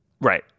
Right